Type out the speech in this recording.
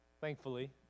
thankfully